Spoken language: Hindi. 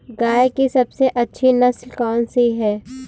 गाय की सबसे अच्छी नस्ल कौनसी है?